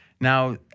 Now